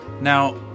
now